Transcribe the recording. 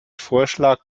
vorschlag